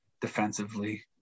defensively